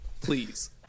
please